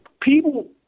People